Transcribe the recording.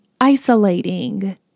isolating